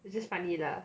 it's just funny lah